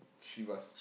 Chivas